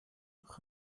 nach